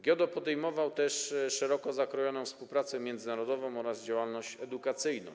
GIODO podejmował też szeroko zakrojoną współpracę międzynarodową oraz działalność edukacyjną.